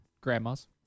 grandmas